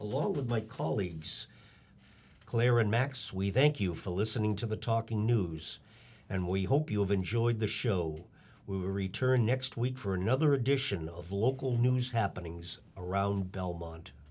my colleagues claire and max we thank you for listening to the talking news and we hope you have enjoyed the show we return next week for another edition of local news happenings around belmont